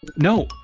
no.